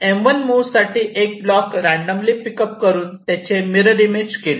M1 move साठी एक block randomly pick up करून त्यांचे मिरर इमेज केली